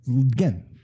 again